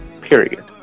period